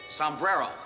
sombrero